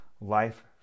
life